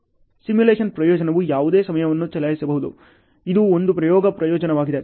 simulation ಪ್ರಯೋಗವು ಯಾವುದೇ ಸಮಯವನ್ನು ಚಲಾಯಿಸಬಹುದು ಇದು ಒಂದು ಪ್ರಯೋಗ ಪ್ರಯೋಜನವಾಗಿದೆ